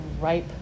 ripe